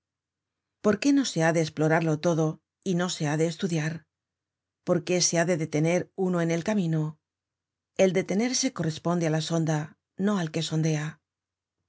por qué no se ha de esplorarlo todo y no se ha de estudiar por qué se ha de detener uno en el camino el detenerse corresponde á la sonda no al que sondea